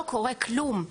לא קורה כלום.